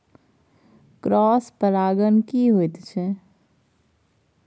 Cross परागण की होयत छै?